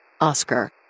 Oscar